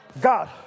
God